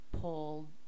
pull